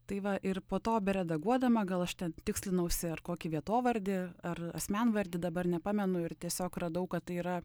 tai va ir po to beredaguodama gal aš ten tikslinausi ar kokį vietovardį ar asmenvardį dabar nepamenu ir tiesiog radau kad tai yra